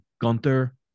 Gunther